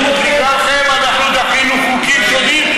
אז תמשיכו, אלה הכלים שיש לאופוזיציה.